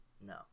no